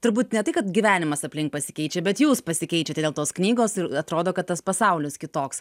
turbūt ne tai kad gyvenimas aplink pasikeičia bet jūs pasikeičiate dėl tos knygos ir atrodo kad tas pasaulis kitoks